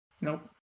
Nope